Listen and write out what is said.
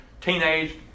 teenage